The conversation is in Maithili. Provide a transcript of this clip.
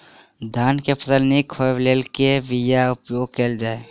धान केँ फसल निक होब लेल केँ बीया उपयोग कैल जाय?